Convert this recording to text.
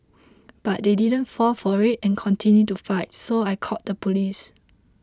but they didn't fall for it and continued to fight so I called the police